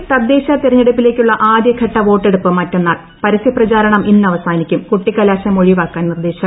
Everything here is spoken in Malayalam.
കേരളത്തിൽ തദ്ദേശ തിരിഞ്ഞെടുപ്പിലേക്കുള്ള ആദ്യഘട്ട ന് വോട്ടെടുപ്പ് മറ്റന്നാൾട്ട് പ്ര്സ്യപ്രചാരണം ഇന്ന് അവസാനിക്കും കൊട്ടിക്കലാശം ഒഴിപ്പാക്കാൻ നിർദ്ദേശം